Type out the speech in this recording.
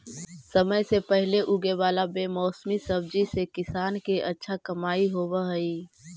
समय से पहले उगे वाला बेमौसमी सब्जि से किसान के अच्छा कमाई होवऽ हइ